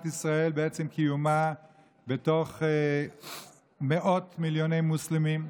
ישראל בעצם קיומה בתוך מאות מיליוני מוסלמים,